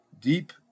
deep